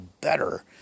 better